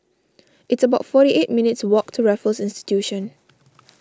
it's about forty eight minutes' walk to Raffles Institution